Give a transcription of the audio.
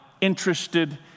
interested